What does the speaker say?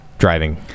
driving